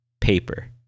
Paper